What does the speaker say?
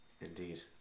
Indeed